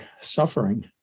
suffering